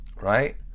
Right